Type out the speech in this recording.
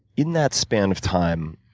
in that span of time,